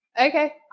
Okay